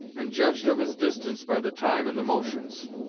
and judged of his distance by the time and the motions.